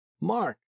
mark